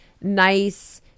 nice